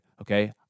okay